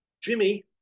Jimmy